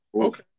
Okay